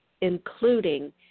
including